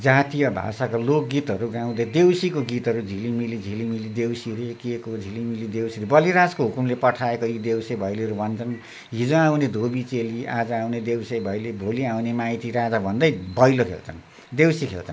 आफ्नो जातीय भाषाको लोकगीतहरू गाउँदै देउसीको गीतहरू झिलिमिली झिलिमिली देउसिरे केको झिलिमिली देउसिरे बलिराजको हुकुमले पठाएका यी देउसे भैलेहरू भन्छन् हिजो आउने धोबी चेली आज आउने देउसे भैले भोलि आउने माइतीराजा भन्दै भैलो खेल्छन् देउसी खेल्छन्